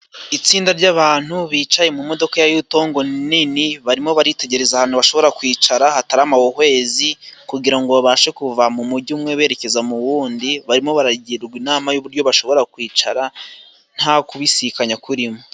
Itsinda ry'abantu bicaye mu modoka ya Yutongo nini, barimo baritegereza ahantu bashobora kwicara hatari amahuhwezi kugira ngo ngo babashe kuva mu mujyi umwe berekeza mu wundi, barimo baragirwa inama y'uburyo bashobora kwicara nta kubisikanya kurimo.